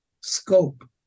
scope